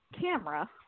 camera